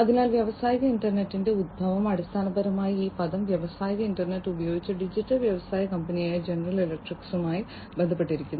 അതിനാൽ വ്യാവസായിക ഇന്റർനെറ്റിന്റെ ഉത്ഭവം അടിസ്ഥാനപരമായി ഈ പദം വ്യാവസായിക ഇന്റർനെറ്റ് ഉപയോഗിച്ച ഡിജിറ്റൽ വ്യവസായ കമ്പനിയായ ജനറൽ ഇലക്ട്രിക്കുമായി ബന്ധപ്പെട്ടിരിക്കുന്നു